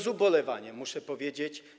Z ubolewaniem muszę powiedzieć.